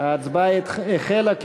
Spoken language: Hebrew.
ההצבעה החלה.